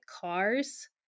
cars